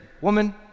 woman